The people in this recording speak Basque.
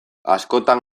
askotan